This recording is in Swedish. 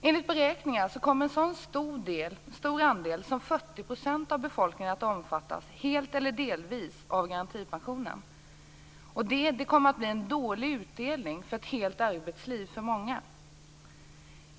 Enligt beräkningar kommer en så stor andel som 40 % av befolkningen att omfattas, helt eller delvis, av garantipensionen. Det kommer att bli en dålig utdelning för ett helt arbetsliv för många.